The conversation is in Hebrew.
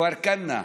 כפר כנא,